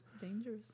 Dangerous